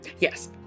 Yes